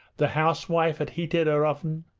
the housewife had heated her oven,